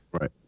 Right